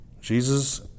Jesus